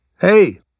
Hey